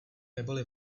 neboli